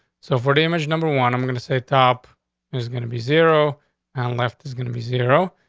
so for the image number one, i'm going to say top is gonna be zero on left is gonna be zero.